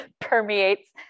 permeates